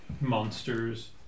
monsters